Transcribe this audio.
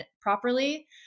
properly